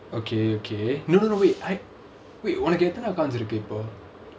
okay okay no no no wait I wait உனக்கு எத்தனை:unakku ethanai accounts இருக்கு இப்போ:irukku ippo